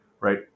right